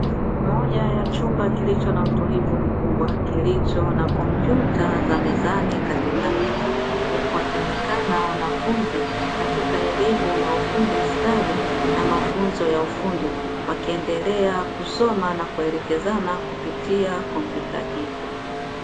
Moja ya chumba kilicho na utulivu mkubwa kilicho na kompyuta za mezani katika meza huku wakionekana wanafunzi katika elimu ya ufundi stadi na mafunzo ya ufundi, wakiendelea kusoma na kuelekezana kupitia kompyuta hizo.